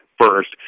first